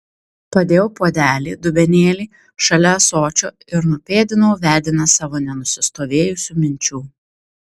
padėjau puodelį dubenėlį šalia ąsočio ir nupėdinau vedinas savo nenusistovėjusių minčių